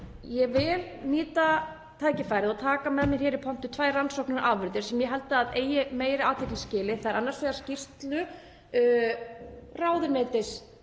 Ég vil nýta tækifærið og taka með mér hingað í pontu tvær rannsóknarafurðir sem ég held að eigi meiri athygli skilið. Það er annars vegar skýrsla ráðuneytis